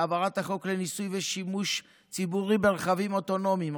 העברת החוק לניסוי ושימוש ציבור ברכבים אוטונומיים,